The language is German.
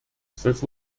zwölf